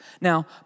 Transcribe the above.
Now